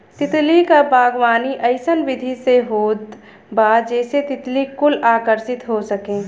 तितली क बागवानी अइसन विधि से होत बा जेसे तितली कुल आकर्षित हो सके